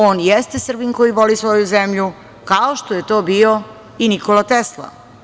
On jeste Srbin koji voli svoju zemlju, kao što je to bio i Nikola Tesla.